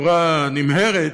בצורה נמהרת,